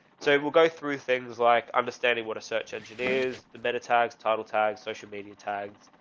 so we'll go through things like understanding what a search engineers, the metatags title tags, social media tags,